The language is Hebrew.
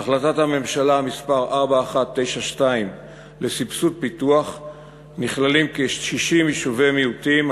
בהחלטת הממשלה מס' 4192 לסבסוד פיתוח נכללים כ-60 יישובי מיעוטים,